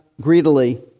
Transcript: greedily